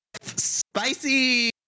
Spicy